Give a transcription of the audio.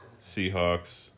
Seahawks